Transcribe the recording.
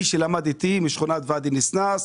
מי שלמד איתי משכונת ואדי ניסנאס,